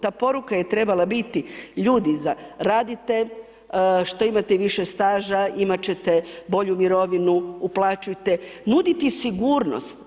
Ta poruka je trebala biti, ljudi radite, što imate više staža imat ćete bolju mirovinu, uplaćujte, nuditi sigurnost.